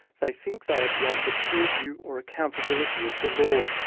they think they are beyond the purview or accountability of the law.